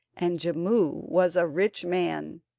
and jimmu was a rich man.